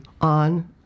on